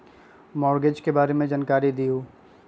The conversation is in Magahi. मॉर्टगेज के बारे में जानकारी देहु?